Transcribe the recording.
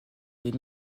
les